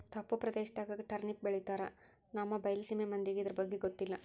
ತಪ್ಪು ಪ್ರದೇಶದಾಗ ಟರ್ನಿಪ್ ಬೆಳಿತಾರ ನಮ್ಮ ಬೈಲಸೇಮಿ ಮಂದಿಗೆ ಇರ್ದಬಗ್ಗೆ ಗೊತ್ತಿಲ್ಲ